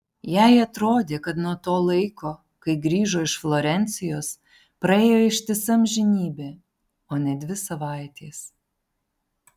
jai atrodė kad nuo to laiko kai grįžo iš florencijos praėjo ištisa amžinybė o ne dvi savaitės